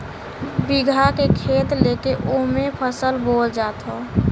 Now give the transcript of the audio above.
बीघा के खेत लेके ओमे फसल बोअल जात हौ